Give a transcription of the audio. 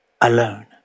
alone